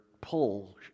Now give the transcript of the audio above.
pull